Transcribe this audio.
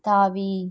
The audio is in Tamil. தாவி